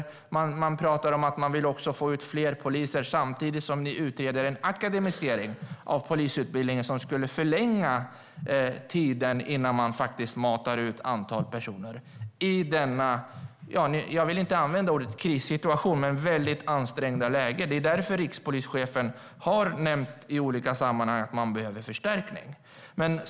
Man pratar om att man också vill få ut fler poliser, samtidigt som man utreder en akademisering av polisutbildningen som skulle förlänga tiden innan man faktiskt matar ut ett antal personer i detta väldigt ansträngda läge. Det är därför rikspolischefen har nämnt i olika sammanhang att man behöver förstärkning.